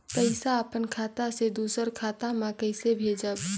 पइसा अपन खाता से दूसर कर खाता म कइसे भेजब?